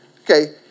okay